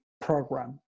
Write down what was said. program